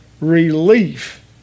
relief